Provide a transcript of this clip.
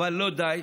אבל לא די.